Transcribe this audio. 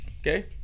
okay